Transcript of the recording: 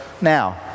now